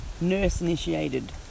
nurse-initiated